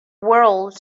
world